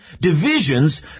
Divisions